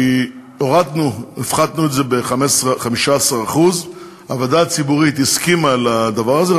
כי הורדנו והפחתנו את זה ב-15% הוועדה הציבורית הסכימה לדבר הזה,